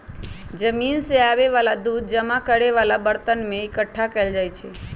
machine से आबे वाला दूध जमा करे वाला बरतन में एकट्ठा कएल जाई छई